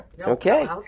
Okay